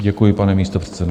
Děkuji, pane místopředsedo.